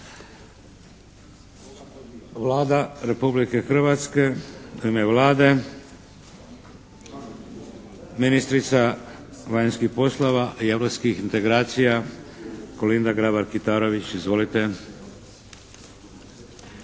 predlagatelja. U ime Vlade ministrica vanjskih poslova i europskih integracija Kolinda Grabar-Kitarović. Izvolite.